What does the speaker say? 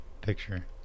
picture